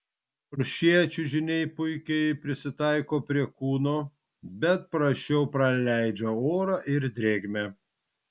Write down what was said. nors šie čiužiniai puikiai prisitaiko prie kūno bet prasčiau praleidžia orą ir drėgmę